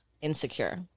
insecure